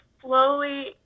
slowly